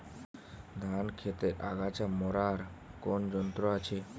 ধান ক্ষেতের আগাছা মারার কোন যন্ত্র আছে?